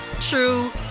true